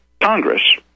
Congress